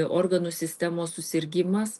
organų sistemos susirgimas